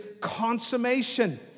consummation